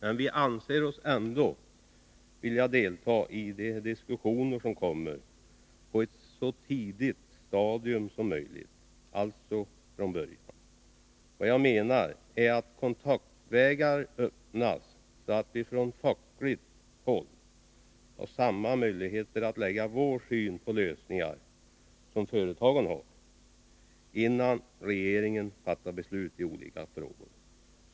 Men vi anser oss ändå vilja delta i de kommande diskussionerna på ett så tidigt stadium som möjligt — alltså från början. Vad jag menar är att kontaktvägar måste öppnas, så att vi från fackligt håll innan regeringen fattar beslut i olika frågor har samma möjligheter att anlägga synpunkter på lösningarna som företagen.